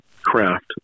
craft